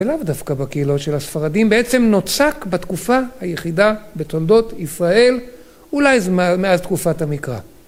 ולאו דווקא בקהילות של הספרדים בעצם נוצק בתקופה היחידה בתולדות ישראל אולי מאז תקופת המקרא